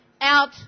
out